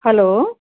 hello